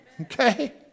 okay